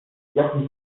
jaki